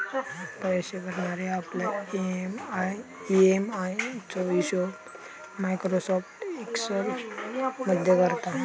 पैशे भरणारे आपल्या ई.एम.आय चो हिशोब मायक्रोसॉफ्ट एक्सेल मध्ये करता